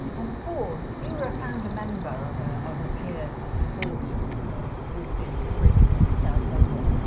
um paul, you are a founder member of ah of a peer support group in brixton in south london.